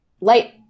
light